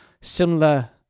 similar